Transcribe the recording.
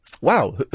Wow